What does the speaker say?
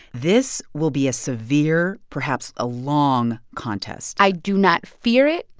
this will be a severe, perhaps a long, contest i do not fear it.